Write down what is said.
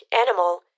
animal